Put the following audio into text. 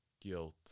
guilt